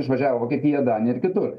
išvažiavo vokietiją daniją ir kitur